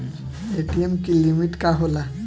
ATM की limit का होला?